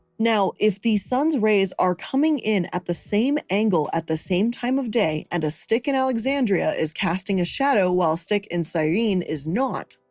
now, if the sun's rays are coming in at the same angle at the same time of day and a stick in alexandria is casting a shadow while stick in syrene is not,